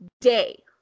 day